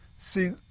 See